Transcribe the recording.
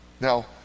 Now